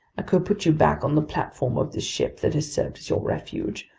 i could put you back on the platform of this ship that has served as your refuge.